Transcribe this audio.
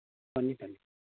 ꯐꯅꯤ ꯐꯅꯤ